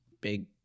big